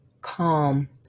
calm